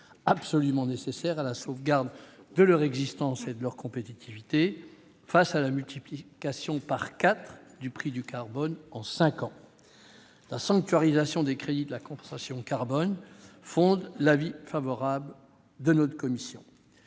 absolument nécessaire à la sauvegarde de leur existence et de leur compétitivité, face à la multiplication par quatre du prix du carbone en cinq ans. La sanctuarisation des crédits de la compensation carbone fonde l'avis favorable de notre commission.